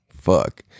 Fuck